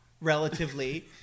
relatively